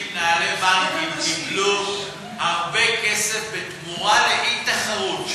מנהלי בנקים קיבלו הרבה כסף בתמורה לאי-תחרות,